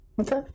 Okay